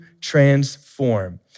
transform